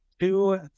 Two